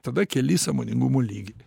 tada keli sąmoningumo lygį